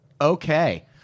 Okay